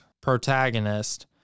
protagonist